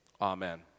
Amen